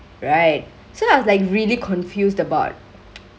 right so I was like really confused about